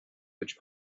which